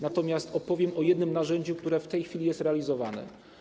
Natomiast opowiem o jednym narzędziu, które w tej chwili jest realizowane.